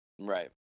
Right